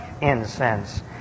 incense